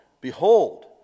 Behold